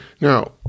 Now